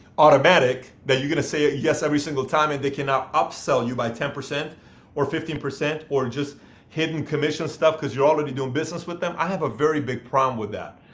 automatic that you're going to say ah yes every single time and they can now upsell you by ten percent or fifteen percent or in just hidden commission stuff, because you're already doing business with them. i have a very big problem with that.